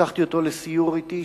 לקחתי אותו לסיור אתי,